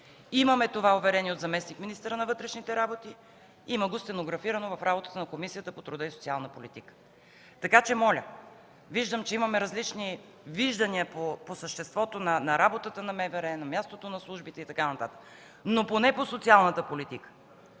Имаме това уверение от заместник-министъра на вътрешните работи – има го стенографирано в работата на Комисията по труда и социалната политика. Така че, моля, виждам, че имаме различни виждания по съществото на работата на МВР, на мястото на службите и така нататък, но поне по социалната политика